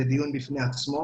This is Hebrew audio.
זה דיון בפני עצמו